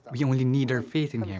we only need our faith in him,